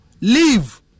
Leave